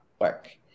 work